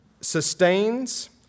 sustains